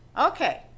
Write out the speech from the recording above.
Okay